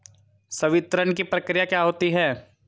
संवितरण की प्रक्रिया क्या होती है?